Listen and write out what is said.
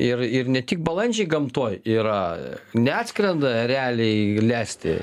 ir ir ne tik balandžiai gamtoj yra neatskrenda ereliai lesti